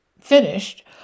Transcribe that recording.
finished